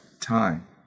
time